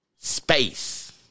Space